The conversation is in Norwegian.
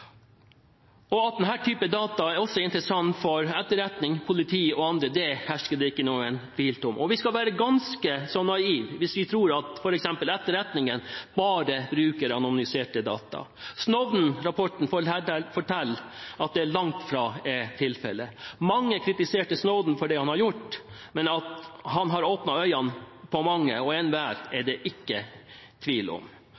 At denne typen data også er interessant for etterretning, politi og andre, hersker det ingen tvil om. Vi skal være ganske så naive hvis vi tror at f.eks. etterretningen bare bruker anonymiserte data – Snowden-saken forteller at det langt fra er tilfellet. Mange kritiserte Snowden for det han gjorde, men at han har åpnet øynene på mange, er det ikke tvil om.